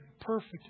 perfect